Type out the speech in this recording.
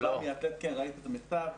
כן, ראית את המכתב.